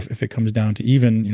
if it comes down to even.